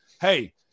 Hey